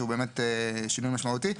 שהוא שינוי משמעותי.